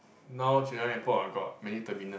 now Changi airport got many terminal